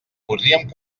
podríem